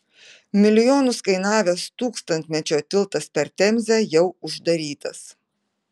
milijonus kainavęs tūkstantmečio tiltas per temzę jau uždarytas